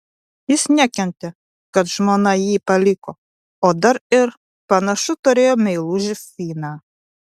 jis nekentė kad žmona jį paliko o dar ir panašu turėjo meilužį finą